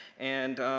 and